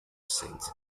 saint